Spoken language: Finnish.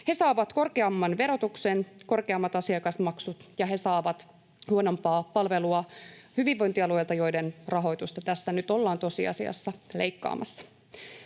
He saavat korkeamman verotuksen, korkeammat asiakasmaksut, ja he saavat huonompaa palvelua hyvinvointialueilta, joiden rahoitusta tässä nyt ollaan tosiasiassa leikkaamassa.